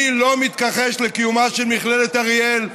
אני לא מתכחש לקיומה של מכללת אריאל.